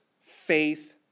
faith